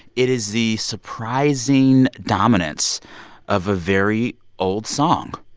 it is the surprising dominance of a very old song